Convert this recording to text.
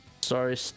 sorry